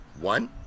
one